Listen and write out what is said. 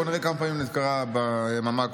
בואו נראה כמה פעמים נקרא ביממה הקרובה.